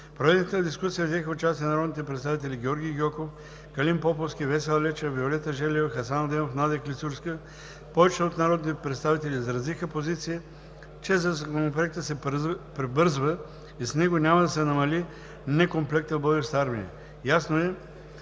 проведената дискусия взеха участие народните представители Георги Гьоков, Калин Поповски, Весела Лечева, Виолета Желева, Хасан Адемов и Надя Клисурска. Повечето от народните представители изразиха позиция, че със Законопроекта се прибързва и с него няма да се намали некомплекта в Българската армия.